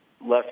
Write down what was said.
Left